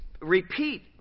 repeat